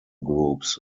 groups